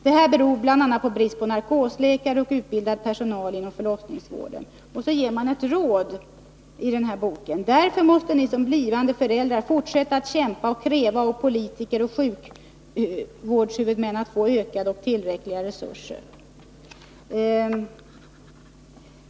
Det här beror bl.a. på brist på narkosläkare och utbildad personal inom förlossningsvården.” Sedan ger man ett råd till läsarna: ”Därför måste ni som blivande föräldrar fortsätta att kämpa och kräva av politiker och sjukvårdshuvudmän att få ökade och tillräckliga resurser.